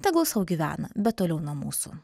tegul sau gyvena bet toliau nuo mūsų